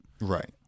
Right